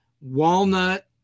walnut